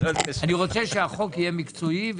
רוצה שהחוק יהיה מקצועי.